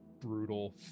brutal